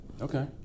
Okay